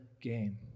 game